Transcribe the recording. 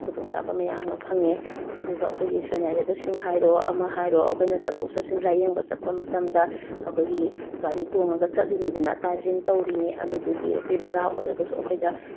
ꯈꯨꯗꯣꯡ ꯆꯥꯕ ꯃꯌꯥꯝ ꯑꯃ ꯐꯪꯏ ꯑꯗꯨꯒ ꯑꯩꯈꯣꯏꯒꯤ ꯁꯣꯏꯅꯥꯏꯔꯕꯁꯤꯡ ꯍꯥꯏꯔꯣ ꯑꯃ ꯍꯥꯏꯔꯣ ꯑꯩꯈꯣꯏꯅ ꯆꯠꯊꯣꯛ ꯆꯠꯁꯤꯟ ꯂꯥꯏꯌꯦꯡꯕ ꯆꯠꯄ ꯃꯇꯝꯗ ꯑꯩꯈꯣꯏꯒꯤ ꯒꯥꯔꯤ ꯇꯣꯡꯉꯒ ꯆꯠꯂꯤꯅꯤꯗꯅ ꯗ꯭ꯔꯥꯏꯕꯤꯡ ꯇꯧꯔꯤꯅꯤ ꯑꯗꯨꯗꯨꯒꯤ ꯑꯩꯈꯣꯏ ꯕꯔꯥ ꯑꯣꯏꯔꯒꯁꯨ ꯑꯩꯈꯣꯏꯗ